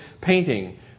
painting